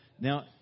Now